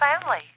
family